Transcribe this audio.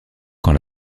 quand